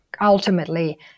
ultimately